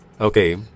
Okay